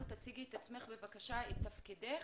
בבקשה, הציגי את תפקידך.